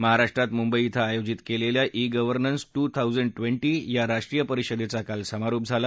महाराष्ट्रात मुंबई धां आयोजित केलेल्या ई गव्हर्नन्स टू थाऊजंड ट्वेंटीराष्ट्रीय परिषदेचा काल समारोप झाला